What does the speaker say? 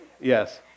Yes